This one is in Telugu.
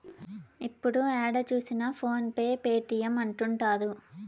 ఇప్పుడు ఏడ చూసినా ఫోన్ పే పేటీఎం అంటుంటారు